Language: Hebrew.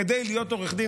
כדי להיות עורך דין,